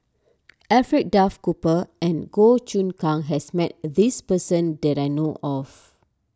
Alfred Duff Cooper and Goh Choon Kang has met this person that I know of